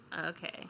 okay